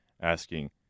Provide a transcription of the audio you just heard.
asking